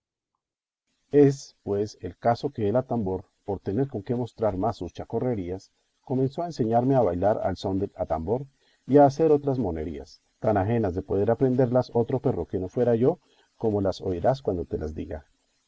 es pues el caso que el atambor por tener con qué mostrar más sus chacorrerías comenzó a enseñarme a bailar al son del atambor y a hacer otras monerías tan ajenas de poder aprenderlas otro perro que no fuera yo como las oirás cuando te las diga